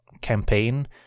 campaign